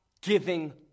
giving